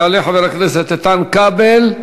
יעלה חבר הכנסת איתן כבל,